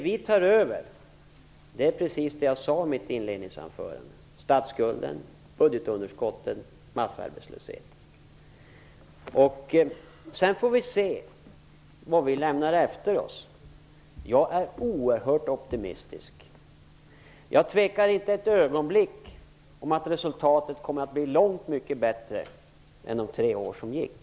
Vi tog över statsskulden, budgetunderskottet och massarbetslösheten, precis som jag sade i mitt inledningsanförande. Sedan får vi se vad vi lämnar efter oss. Jag är oerhört optimistisk. Jag tvivlar inte ett ögonblick på att resultatet kommer att bli långt bättre än under de tre år som gått.